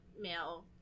male